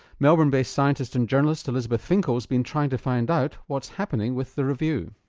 melbourne based scientist and journalist elizabeth finkel's been trying to find out what's happening with the review.